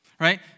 Right